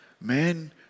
man